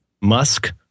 Musk